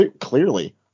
clearly